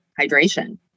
hydration